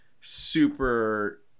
super